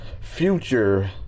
future